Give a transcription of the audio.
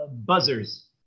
Buzzers